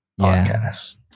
podcast